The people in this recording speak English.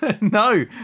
No